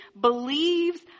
believes